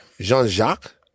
Jean-Jacques